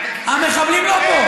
המחבלים לא פה.